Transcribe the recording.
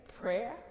prayer